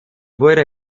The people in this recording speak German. wurde